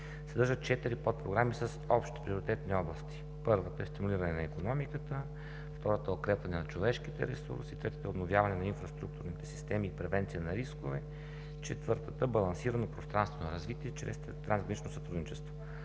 съдържа четири подпрограми с общи приоритетни области. Първата е „Стимулиране на икономиката“, втората е „Укрепване на човешките ресурси“, третата е „Обновяване на инфраструктурните системи и превенция на рискове“, четвъртата – „Балансирано пространствено развитие чрез трансгранично сътрудничество“.